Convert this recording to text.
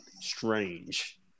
strange